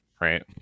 right